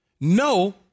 no